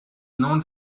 known